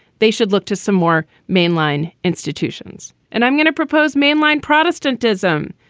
they should look to some more mainline institutions. and i'm going to propose mainline protestantism.